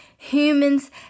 Humans